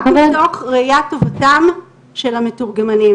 רק מתוך ראיית טובתם של המתורגמנים.